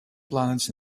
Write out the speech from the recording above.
planets